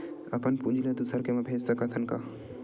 अपन पूंजी ला दुसर के मा भेज सकत हन का?